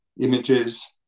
images